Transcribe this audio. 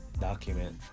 Document